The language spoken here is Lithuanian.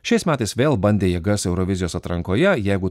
šiais metais vėl bandė jėgas eurovizijos atrankoje jeigu